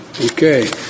Okay